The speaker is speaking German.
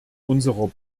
unserer